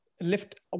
lift